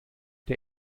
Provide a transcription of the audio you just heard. der